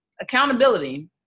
accountability